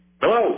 Hello